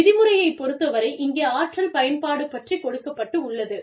விதிமுறையைப் பொறுத்தவரை இங்கே ஆற்றல் பயன்பாடு பற்றிக் கொடுக்கப் பட்டுள்ளது